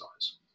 size